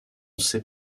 sait